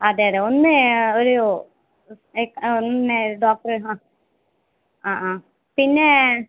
അതെ അതെ ഒന്ന് ഒരു ഒന്ന് ഡോക്ടറെ ആ ആ ആ പിന്നേ